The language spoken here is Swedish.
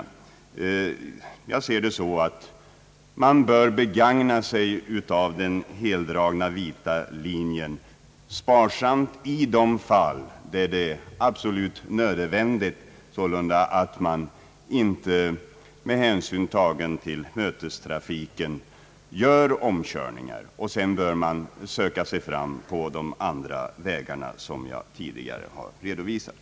Jag ser det så, att man bör begagna sig av den heldragna vita linjen sparsamt och i de fall där det är absolut nödvändigt, med hänsyn tagen till mötestrafiken. Eljest bör man söka sig fram på de andra vägar som jag tidigare redovisat.